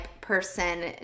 person